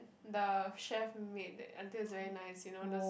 the chef made that until it's very nice you know those